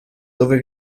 dove